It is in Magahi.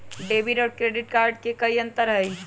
डेबिट और क्रेडिट कार्ड में कई अंतर हई?